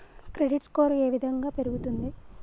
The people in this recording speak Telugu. క్రెడిట్ స్కోర్ ఏ విధంగా పెరుగుతుంది?